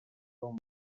del